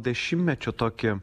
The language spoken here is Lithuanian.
dešimtmečio tokį